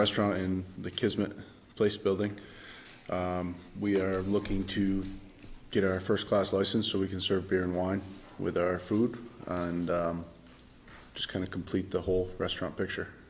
restaurant and the kismet place building we are looking to get our first class license so we can serve beer and wine with our food and it's kind of complete the whole restaurant picture